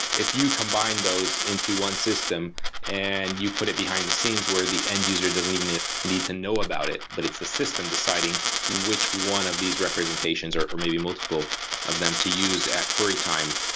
if you combine those into one system and you put it behind the scenes where the end user doesn't even need to know about it, but it's the system deciding which one of these representations or or maybe multiple of them to use at query time.